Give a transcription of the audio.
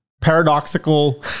paradoxical